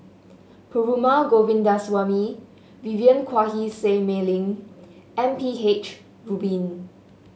Perumal Govindaswamy Vivien Quahe Seah Mei Lin and M P H Rubin